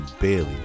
Bailey